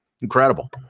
Incredible